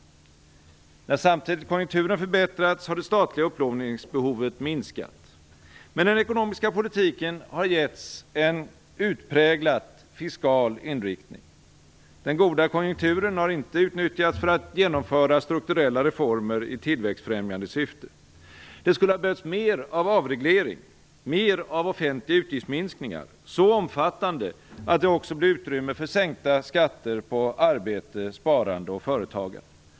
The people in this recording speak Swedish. När samtidigt konjunkturen förbättrats, har det statliga upplåningsbehovet minskat. Men den ekonomiska politiken har getts en utpräglat fiskal inriktning. Den goda konjunkturen har inte utnyttjats för att genomföra strukturella reformer i tillväxtfrämjande syfte. Det skulle ha behövts mer av avreglering och mer av offentliga utgiftsminskningar - så omfattande att det också blev utrymme för sänkta skatter på arbete, sparande och företagande.